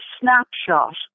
snapshot